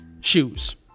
Shoes